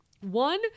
One